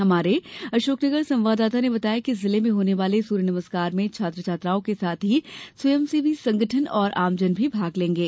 हमारे अशोकनगर संवाददाता ने बताया है कि जिले में होने वाले सूर्य नमस्कार में छात्र छात्राओं के साथ ही स्वयंसेवी संगठन और आमजन भी भाग लेंगे